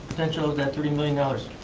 potential of that three million dollars?